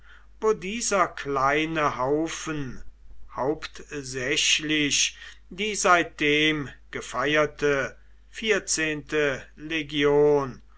wo dieser kleine haufen hauptsächlich die seitdem gefeierte vierzehnte legion